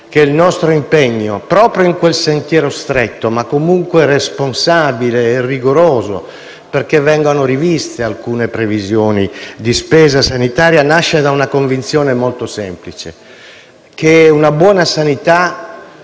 che il nostro impegno, proprio in quel sentiero stretto, ma comunque responsabile e rigoroso, affinché vengano riviste alcune previsioni di spesa sanitaria, nasca da una semplice convinzione: una buona sanità